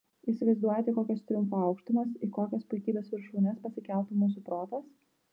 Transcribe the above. įsivaizduojate į kokias triumfo aukštumas į kokias puikybės viršūnes pasikeltų mūsų protas